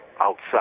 outside